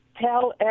tell